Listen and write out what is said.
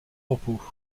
repos